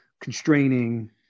constraining